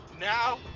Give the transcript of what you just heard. now